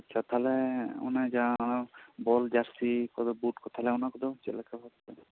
ᱟᱪᱪᱷᱟ ᱛᱟᱦᱚᱞᱮ ᱚᱱᱮ ᱡᱟᱦᱟ ᱵᱚᱞ ᱡᱟᱹᱨᱥᱤ ᱠᱚᱫᱚ ᱵᱩᱴ ᱠᱚ ᱚᱱᱟ ᱠᱚᱫᱚ ᱪᱮᱫ ᱞᱮᱠᱟ ᱵᱷᱟᱵ ᱛᱮ